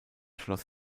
schloss